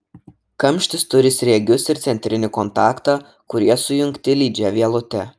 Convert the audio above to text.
kamštis turi sriegius ir centrinį kontaktą kurie sujungti lydžia vielute